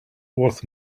worth